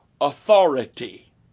authority